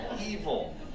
Evil